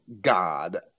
God